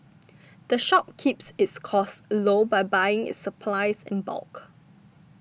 the shop keeps its costs low by buying its supplies in bulk